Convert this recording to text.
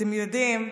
אתם יודעים,